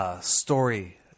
Story